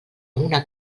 una